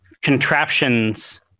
contraptions